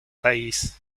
país